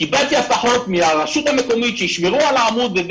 קיבלתי הבטחות מהרשות המקומית שישמרו על העמוד.